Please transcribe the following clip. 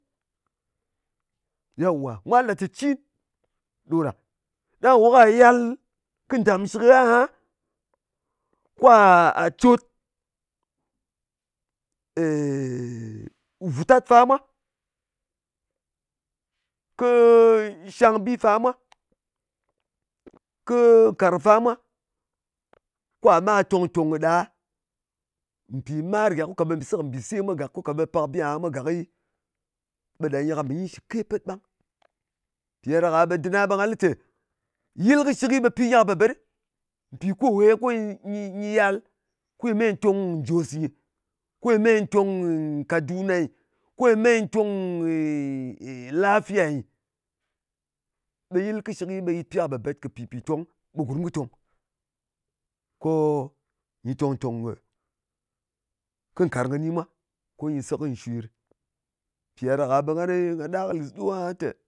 Yawà, mwa le cɨcin ɗo ɗa. Ɗang kò ka yal kɨ ndàmshɨk gha aha kwa à cot, vùtat fa mwa, kɨɨɨ nshang bi fa mwa, kɨ nkarng fa mwa, kwa ma tong-tòng kɨ ɗa, mpì mar gàk, ko ka ɓe mpì se kɨ mbise mwa gak, ko ka ɓe mpì bi aha mwa gakɨ, ɓe ɗa nyɨ shɨke pet ɓang. Mpì ɗa ɗaka ɓe nga lɨ tè yɨl kɨshɨk, ɓe pi nyɨ ka bèt bèt ɗɨ, mpì ko we ko nyɨ yal, kwi mì ntòng njos nyɨ. Kwì mi ntòng nkaduna nyɨ. Kwì me nyɨ tong lafiya nyɨ. Ɓe yɨl kɨshɨk ɓe yit pi ka bèt bèt, mpì tong, ɓe gurm kɨ tong. Ko nyɨ tōng-tong kɨ nkarng kɨni mwa ko nyɨ se, ko nyɨ shwe ɗɨ. Mpì ɗa ɗaka ɓe ngani nga ɗar kɨ lis ɗo aha tè